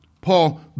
Paul